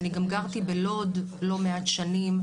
אני גם גרתי בלוד לא מעט שנים.